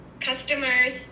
customers